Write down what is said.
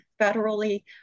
federally